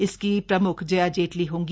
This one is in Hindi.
इसकी प्रमुख जया जेटली होंगी